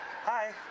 Hi